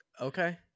Okay